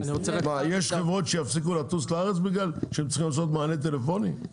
יש חברות שיפסיקו לטוס לארץ בגלל שהן צריכות לעשות מענה טלפוני?